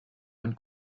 und